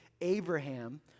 Abraham